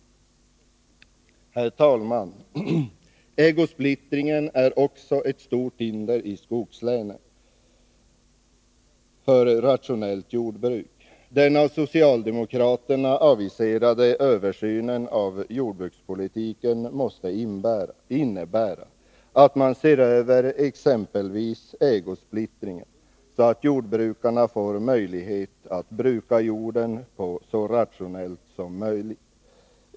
Fru talman! Ägosplittringen är också ett stort hinder i skogslänen för rationellt jordbruk. Den av socialdemokraterna aviserade översynen av jordbrukspolitiken måste innebära att man ser över exempelvis ägosplittringen, så att jordbrukarna får möjlighet att bruka jorden så rationellt som möjligt.